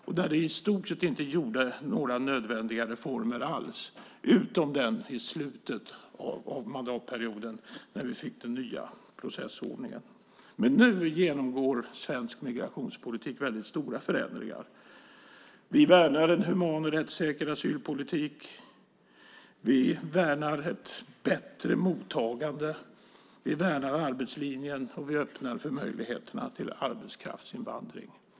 Man gjorde i stort sett inte alls några nödvändiga reformer utom den i slutet av mandatperioden när vi fick den nya processordningen. Nu genomgår svensk migrationspolitik väldigt stora förändringar. Vi värnar en human och rättssäker asylpolitik. Vi värnar ett bättre mottagande och arbetslinjen, och vi öppnar för möjligheterna till arbetskraftsinvandring.